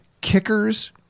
kickers